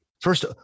First